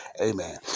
Amen